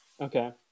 Okay